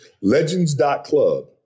Legends.club